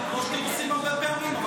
דיון, כמו שאתם עושים הרבה פעמים.